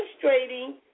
frustrating